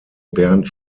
bernd